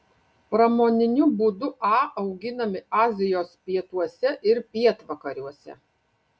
pramoniniu būdu a auginami azijos pietuose ir pietvakariuose